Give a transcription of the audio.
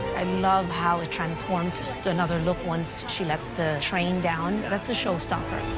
i love how it transformed to another look, once she lets the train down, that's a show stopper.